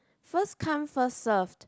first come first served